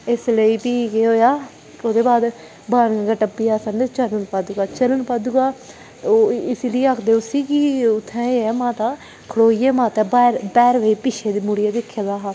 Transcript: इसलेई फ्ही केह् होएआ ओह्दे बाद बाण गंगा टप्पियै अस जन्ने चरण पादुका चरण पादुका ओह् इसलेई आखदे उसी कि उत्थें जाइयै माता खड़ोइयै माता भै भैरो गी पिच्छें मुड़ियै दिक्खे दा हा